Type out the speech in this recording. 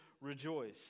rejoice